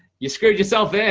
you screwed yourself there.